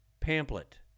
Pamphlet